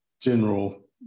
general